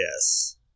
Yes